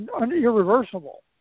irreversible